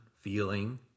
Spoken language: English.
feeling